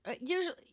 usually